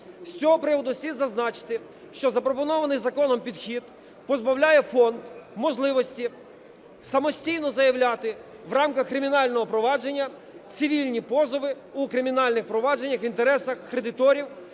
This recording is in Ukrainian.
З цього приводу слід зазначити, що запропонований законом підхід позбавляє фонд можливості самостійно заявляти в рамках кримінального провадження цивільні позови у кримінальних провадженнях в інтересах кредиторів